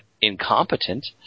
incompetent